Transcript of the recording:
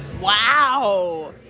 wow